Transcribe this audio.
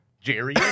Jerry